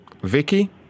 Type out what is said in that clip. Vicky